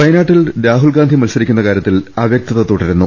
വയനാട്ടിൽ രാഹുൽ ഗാന്ധി മത്സരിക്കുന്ന കാര്യത്തിൽ അവ്യ ക്തത തുടരുന്നു